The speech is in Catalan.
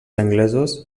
anglesos